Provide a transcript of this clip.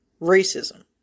racism